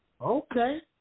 Okay